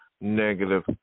negative